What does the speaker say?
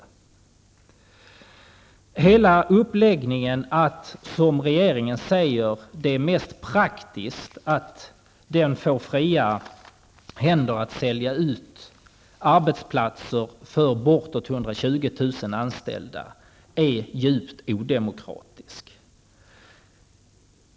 Regeringens uttalande att det är mest praktiskt att den får fria händer att sälja ut arbetsplatser för bortåt 120 000 anställda är djupt odemokratiskt.